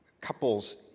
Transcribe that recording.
couples